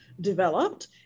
developed